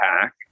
pack